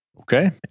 Okay